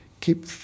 keep